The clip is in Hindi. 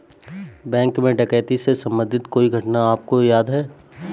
बैंक में डकैती से संबंधित कोई घटना आपको याद है?